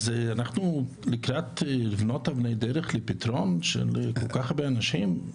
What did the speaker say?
אז אנחנו לקראת לבנות אבני דרך לפתרון של כל כך הרבה אנשים?